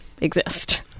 exist